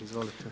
Izvolite.